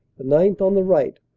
the ninth. on the right,